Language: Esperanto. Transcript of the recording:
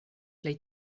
plej